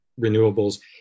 renewables